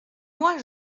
moi